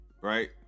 Right